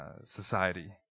society